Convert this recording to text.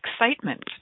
excitement